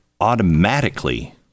automatically